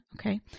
Okay